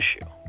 issue